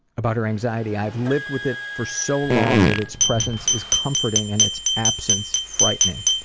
about her anxiety, i've lived with it for so long that its presence is comforting, and its absence, fighting.